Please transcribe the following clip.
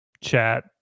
chat